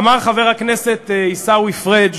אמר חבר הכנסת עיסאווי פריג':